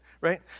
right